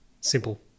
Simple